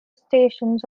stations